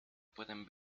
pueden